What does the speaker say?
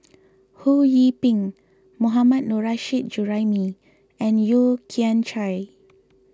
Ho Yee Ping Mohammad Nurrasyid Juraimi and Yeo Kian Chai